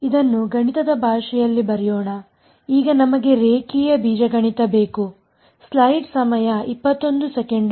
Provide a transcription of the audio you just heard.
ಇದನ್ನು ಗಣಿತದ ಭಾಷೆಯಲ್ಲಿ ಬರೆಯೋಣ ಈಗ ನಮಗೆ ರೇಖೀಯ ಬೀಜಗಣಿತ ಬೇಕು